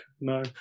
No